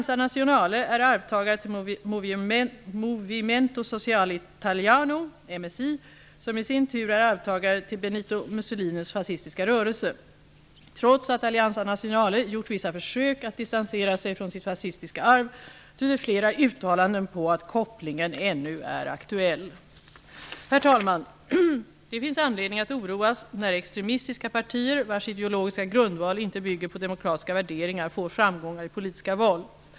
Sociale Italiano , som i sin tur är arvtagare till Benito Mussolinis fascistiska rörelse. Trots att Alleanza Nazionale gjort vissa försök att distansera sig från sitt fascistiska arv tyder flera uttalanden på att kopplingen ännu är aktuell. Herr talman! Det finns anledning att oroas när extremistiska partier, vars ideologiska grundval inte bygger på demokratiska värderingar, får framgångar i politiska val.